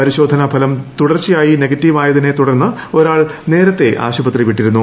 പരിശോധന ഫലം തുടർച്ചയായി നെഗറ്റീവ് ആയതിനെ തുടർന്ന് ഒരാൾ നേരത്തെ ആശുപത്രി വിട്ടിരുന്നു